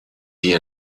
die